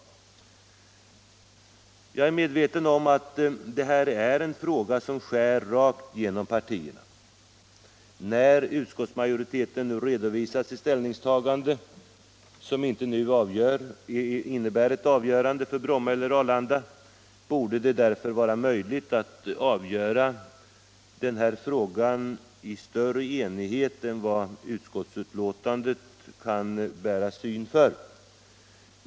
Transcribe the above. Bromma flygplats Bromma flygplats Jag är medveten om att detta är en fråga som skär rakt genom partierna. När utskottsmajoriteten nu redovisat sitt ställningstagande — som inte innebär ett avgörande för Bromma eller Arlanda — borde det vara möjligt att avgöra denna fråga i större enighet än vad utskottets betänkande kan bära syn för.